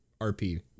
RP